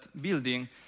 building